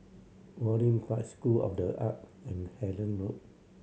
Waringin Park School of The Art and Hendon Road